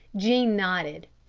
jean nodded.